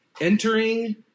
entering